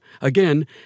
Again